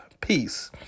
peace